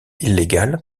illégale